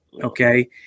okay